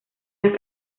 las